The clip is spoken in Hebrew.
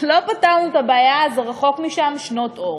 לא פתרנו את הבעיה, זה רחוק משם שנות אור.